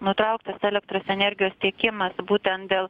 nutrauktas elektros energijos tiekimas būtent dėl